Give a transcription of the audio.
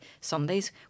Sundays